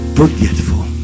forgetful